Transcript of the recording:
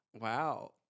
Wow